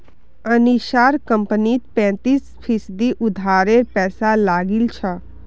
अनीशार कंपनीत पैंतीस फीसद उधारेर पैसा लागिल छ